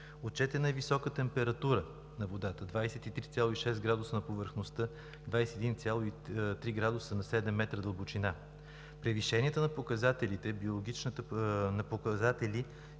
Отчетена е висока температура на водата – 23,6 градуса на повърхността, 21,3 градуса на 7 метра дълбочина. Превишенията на показатели – биологична потребност